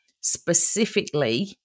specifically